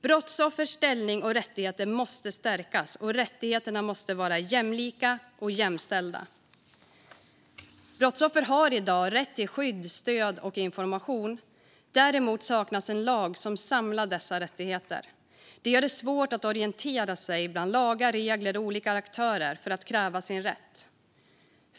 Brottsoffers ställning och rättigheter måste stärkas, och rättigheterna måste vara jämlika och jämställda. Brottsoffer har i dag rätt till skydd, stöd och information. Däremot saknas en lag som samlar dessa rättigheter. Det gör det svårt att orientera sig bland lagar, regler och olika aktörer för att kräva sin rätt.